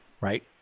Right